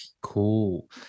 Cool